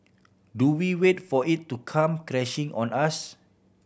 do we wait for it to come crashing on us